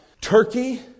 Turkey